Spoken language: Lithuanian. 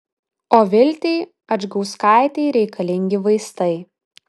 o viltei adžgauskaitei reikalingi vaistai